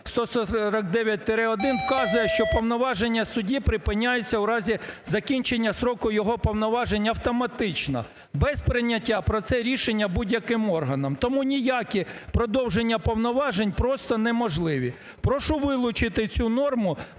149-1 вказує, що повноваження судді припиняються у разі закінчення строку його повноважень автоматично, без прийняття про це рішення будь-яким органом. Тому ніякі продовження повноважень просто неможливі! Прошу вилучити цю норму.